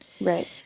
Right